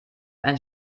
ein